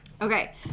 Okay